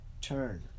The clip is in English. Turn